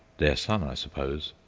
their son, i suppose,